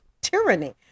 tyranny